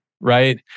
right